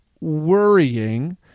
worrying